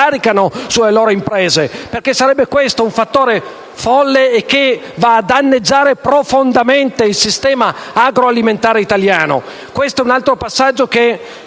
perché sarebbe un fattore folle che andrebbe a danneggiare profondamente il sistema agroalimentare italiano. Questo è un altro passaggio che